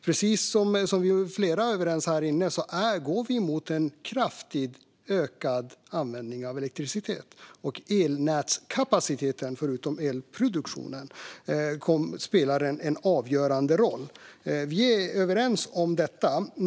Precis som flera här har sagt går vi mot en kraftigt ökad användning av elektricitet. Förutom elproduktionen spelar elnätskapaciteten en avgörande roll. Vi är överens om detta.